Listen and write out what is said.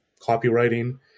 copywriting